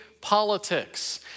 politics